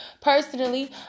personally